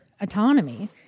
autonomy